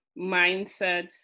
mindset